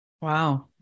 Wow